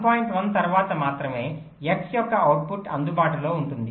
1 తర్వాత మాత్రమే x యొక్క అవుట్పుట్ అందుబాటులో ఉంటుంది